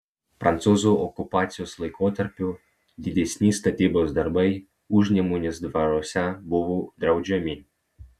prancūzų okupacijos laikotarpiu didesni statybos darbai užnemunės dvaruose buvo draudžiami